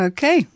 Okay